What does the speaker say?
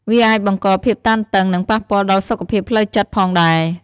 វាអាចបង្កភាពតានតឹង និងប៉ះពាល់ដល់សុខភាពផ្លូវចិត្តផងដែរ។